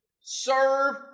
Serve